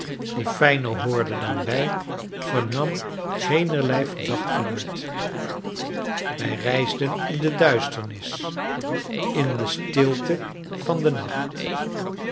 die fijner hoorde dan wij vernam geenerlei verdacht geluid wij reisden in de duisternis in de stilte van den nacht